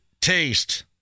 taste